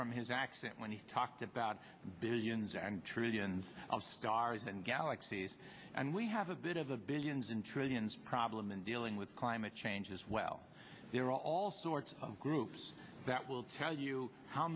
from his accent when he talked about billions and trillions of stars and galaxies and we have a bit of a billions and trillions problem in dealing with climate change as well they're all the sorts of groups that will tell you how